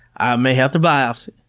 i may have to biopsy,